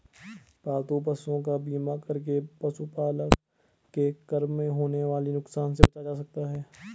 पालतू पशुओं का बीमा करके पशुपालन के क्रम में होने वाले नुकसान से बचा जा सकता है